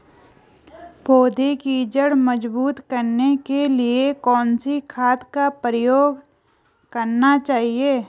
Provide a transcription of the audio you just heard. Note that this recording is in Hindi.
पौधें की जड़ मजबूत करने के लिए कौन सी खाद का प्रयोग करना चाहिए?